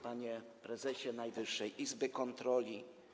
Panie Prezesie Najwyższej Izby Kontroli!